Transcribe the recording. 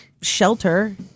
shelter